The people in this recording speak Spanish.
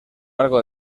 largo